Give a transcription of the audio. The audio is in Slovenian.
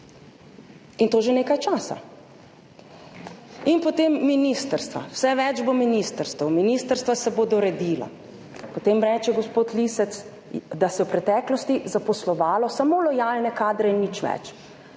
in to že nekaj časa. In potem ministrstva, vse več bo ministrstev, ministrstva se bodo redila, potem reče gospod Lisec, da se je v preteklosti zaposlovalo samo lojalne kadre in nič več.